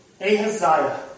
Ahaziah